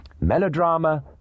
Melodrama